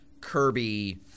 Kirby –